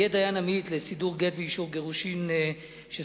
יהיה דיין עמית לסידור גט ואישור גירושין שסודרו,